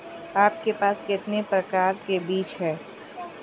आपके पास कितने प्रकार के बीज हैं?